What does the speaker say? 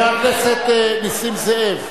חבר הכנסת נסים זאב.